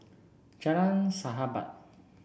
Jalan Sahabat